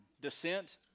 descent